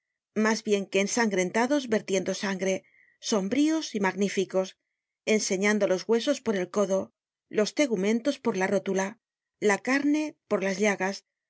mas bien que ensangrentados vertiendo sangre sombríos y magníficos enseñando los húesos por el codo los tegumentos por la rótula la carne por las llagas